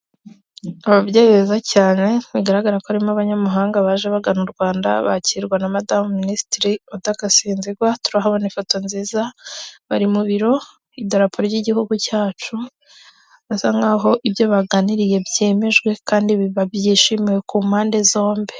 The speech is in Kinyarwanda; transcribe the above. Ababyeyi beza cyane bigaragara ko harimo abanyamahanga baje bagana, u Rwanda bakirwa na madamu minisitiri Oda Gasinzigwa, turahabona ifoto nziza bari mu biro idarapo ry'igihugu cyacu basa nk'aho ibyo baganiriye byemejwe kandi ba byishimiwe ku mpande zombi.